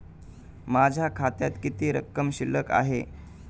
माझ्या खात्यात किती रक्कम शिल्लक आहे?